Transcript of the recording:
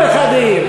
כל אחד העיר.